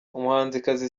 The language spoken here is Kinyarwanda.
umuhanzikazi